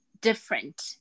different